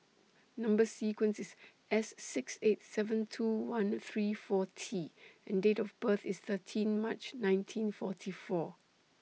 Number sequence IS S six eight seven two one three four T and Date of birth IS thirteen March nineteen forty four